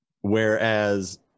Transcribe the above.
Whereas